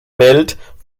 welt